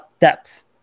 depth